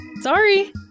Sorry